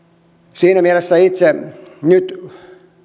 siinä mielessä itse nyt